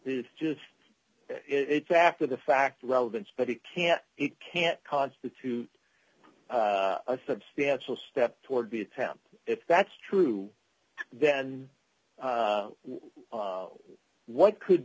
it's just it's after the fact relevance but it can it can constitute a substantial step toward the attempt if that's true then what could